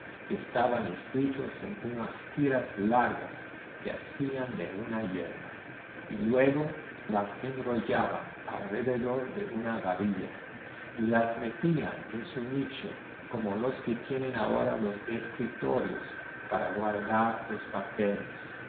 que estaban escritos en unas tiras largas que hacían de una yerba y luego las enrollaban alrededor de una varilla y las metían en su nicho como los que tienen ahora los escritorios para guardar los papeles